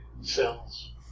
Cells